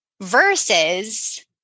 versus